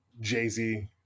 Jay-Z